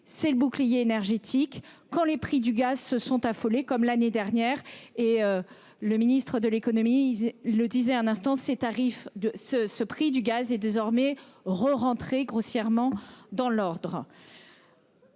c'est le bouclier énergétique quand les prix du gaz se sont affolés, comme l'année dernière et le ministre de l'économie le disait un instant ses tarifs de ce ce prix du gaz est désormais rerentrer grossièrement dans l'ordre.